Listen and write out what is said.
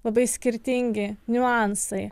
labai skirtingi niuansai